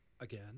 again